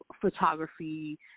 photography